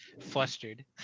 flustered